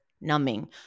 numbing